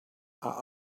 are